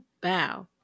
bow